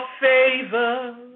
favor